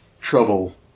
trouble